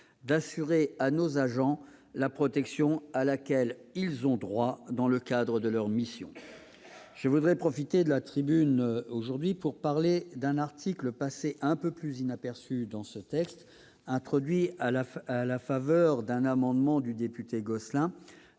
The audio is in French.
d'assurer à nos agents la protection à laquelle ils ont droit dans le cadre de leur mission. Je voudrais profiter de mon intervention pour évoquer un article passé un peu plus inaperçu, introduit à la faveur d'un amendement du député Gosselin